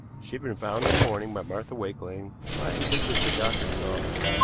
she had been found in the morning by martha wakeling lying just as the doctor saw her.